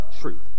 truth